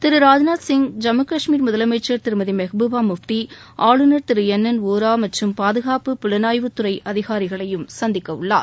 திரு ராஜ்நாத் சிங் ஜம்மு காஷ்மீர் முதலமைச்சர் திருமதி மெஹபூபா முஃப்தி ஆளுநர் திரு என் என் வோரா மற்றும் பாதுகாப்பு புலனாய்வு துறை அதிகாரிகளையும் சந்திக்கவுள்ளார்